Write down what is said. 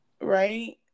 Right